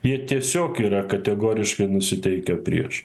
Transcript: jie tiesiog yra kategoriškai nusiteikę prieš